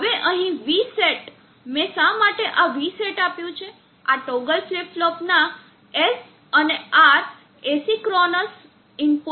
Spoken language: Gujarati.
હવે અહીં Vset મેં શા માટે આ Vset આપ્યું છે આ ટોગલ ફ્લિપ ફ્લોપ ના S અને R એસીક્રોનસ ઇનપુટ્સને આપવામાં આવે છે